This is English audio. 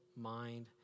mind